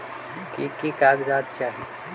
की की कागज़ात चाही?